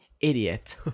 idiot